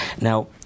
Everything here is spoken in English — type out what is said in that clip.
Now